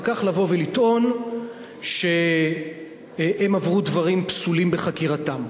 כך לבוא ולטעון שהם עברו דברים פסולים בחקירתם,